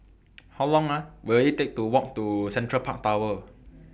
How Long Will IT Take to Walk to Central Park Tower